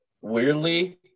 Weirdly